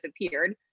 disappeared